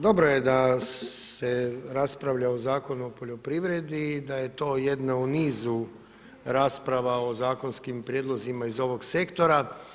Dobro je da se raspravlja o Zakonu o poljoprivredi i da je to jedna u nizu rasprava o zakonskim prijedlozima iz ovog sektora.